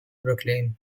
brooklyn